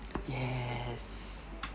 yes